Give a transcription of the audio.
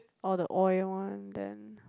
or the oil one then